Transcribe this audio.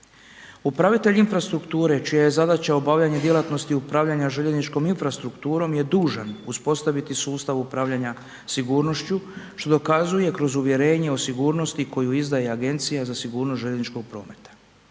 Upravitelj infrastrukture čija je zadaća obavljanja djelatnosti upravljanja željezničkom infrastrukturom je dužan uspostaviti sustav upravljanja sigurnošću što dokazuje kroz uvjerenje o sigurnosti koju izdaje Agencija za sigurnost željezničkog prometa.